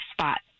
spot